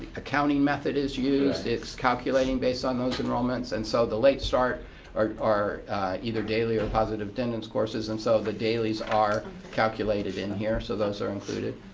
accounting method is used, it's calculating based on those enrollments. and so the late start or either daily or positive attendance courses, and so the daily's are calculated in here. so those are included.